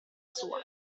sua